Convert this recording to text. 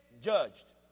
judged